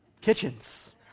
Kitchens